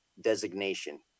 designation